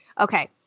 Okay